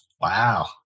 wow